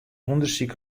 ûndersyk